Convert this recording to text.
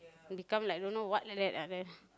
become like don't know what like that ah then